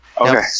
Okay